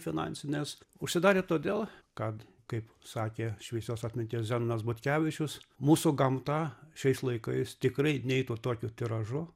finansinės užsidarė todėl kad kaip sakė šviesios atminties zenonas butkevičius mūsų gamta šiais laikais tikrai neitų tokiu tiražu